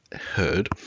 heard